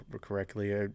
correctly